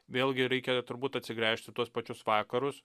vėlgi reikia turbūt atsigręžti į tuos pačius vakarus